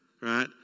Right